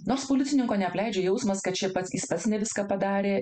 nors policininko neapleidžia jausmas kad čia pats jis pats ne viską padarė